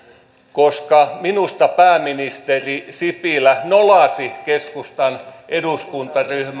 koska minusta pääministeri sipilä nolasi keskustan eduskuntaryhmän